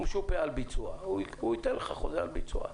הוא משופה על ביצוע והוא ייתן לך חוזה על ביצוע.